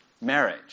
marriage